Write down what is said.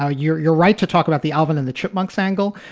ah you're you're right to talk about the alvin and the chipmunks angle,